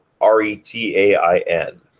R-E-T-A-I-N